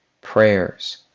Prayers